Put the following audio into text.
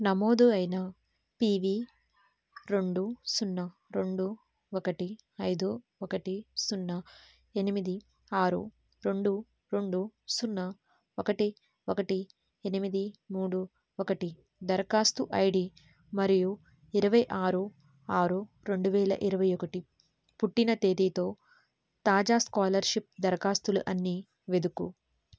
నమోదు అయిన పీవి రెండు సున్నా రెండు ఒకటి ఐదు ఒకటి సున్నా ఎనిమిది ఆరు రెండు రెండు సున్నా ఒకటి ఒకటి ఎనిమిది మూడు ఒకటి దరఖాస్తు ఐడి మరియు ఇరవై ఆరు ఆరు రెండు వేల ఇరవై ఒకటి పుట్టిన తేదితో తాజా స్కాలర్షిప్ దరఖాస్తులు అన్నీ వెదుకు